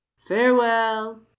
Farewell